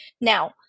Now